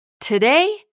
Today